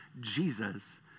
Jesus